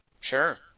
Sure